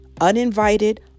uninvited